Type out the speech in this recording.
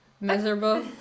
Miserable